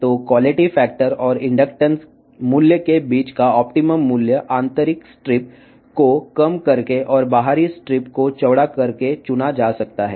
కాబట్టి నాణ్యత కారకం మరియు ఇండక్టెన్స్ విలువ మధ్య వాంఛనీయ విలువను లోపలి స్ట్రిప్స్ తగ్గించడం మరియు బాహ్య స్ట్రిప్స్ విస్తరించడం ద్వారా ఎంచుకోవచ్చును